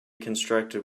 constructed